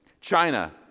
China